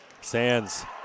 Sands